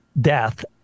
death